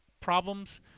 problems